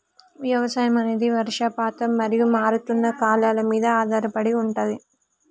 వ్యవసాయం అనేది వర్షపాతం మరియు మారుతున్న కాలాల మీద ఆధారపడి ఉంటది